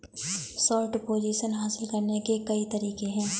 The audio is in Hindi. शॉर्ट पोजीशन हासिल करने के कई तरीके हैं